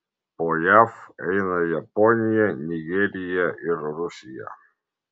po jav eina japonija nigerija ir rusija